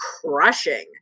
crushing